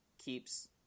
keeps